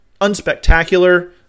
unspectacular